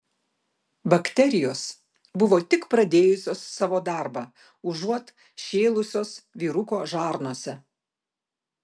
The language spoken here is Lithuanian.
bakterijos buvo tik pradėjusios savo darbą užuot šėlusios vyruko žarnose